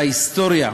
בהיסטוריה,